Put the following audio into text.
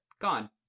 gone